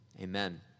amen